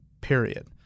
period